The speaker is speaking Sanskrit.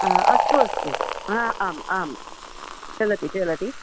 हा अस्तु अस्तु हा आम् आं चलति चलति